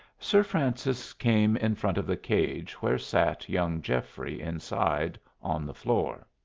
sir francis came in front of the cage where sat young geoffrey inside, on the floor.